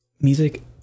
music